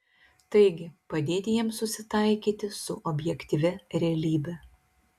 taigi padėti jiems susitaikyti su objektyvia realybe